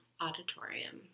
Auditorium